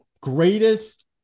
greatest